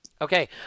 Okay